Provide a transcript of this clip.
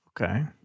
Okay